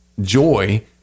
joy—